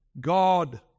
God